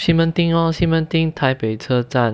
西门町西门町台北车站